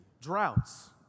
droughts